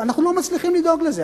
אנחנו לא מצליחים לדאוג לזה,